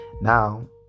Now